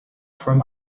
from